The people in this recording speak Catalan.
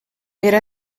era